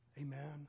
amen